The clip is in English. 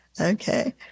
Okay